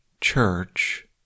church